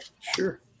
Sure